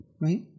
Right